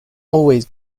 always